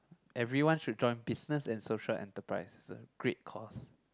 everyone should join business and social enterprise it's a great course